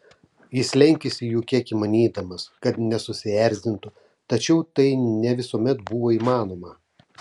jis lenkėsi jų kiek įmanydamas kad nesusierzintų tačiau tai ne visuomet buvo įmanoma